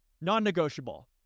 Non-negotiable